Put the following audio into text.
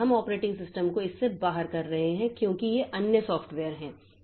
इसलिए हम operating system को बाहर कर रहे हैं क्योंकि ये अन्य सॉफ्टवेयर हैं